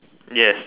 yes